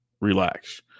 Relax